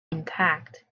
intact